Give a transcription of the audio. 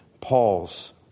Paul's